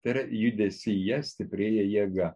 tai yra judesyje stiprėja jėga